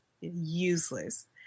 Useless